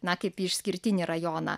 na kaip į išskirtinį rajoną